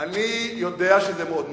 יודע שזה מאוד מרגיז.